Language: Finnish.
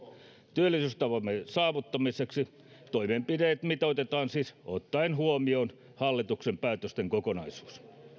työllisyystavoitteen saavuttamiseksi toimenpiteet mitoitetaan siis ottaen huomioon hallituksen päätösten kokonaisuus